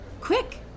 Quick